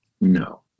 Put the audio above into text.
No